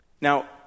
Now